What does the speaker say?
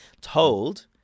told